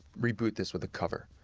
reboot this with a cover?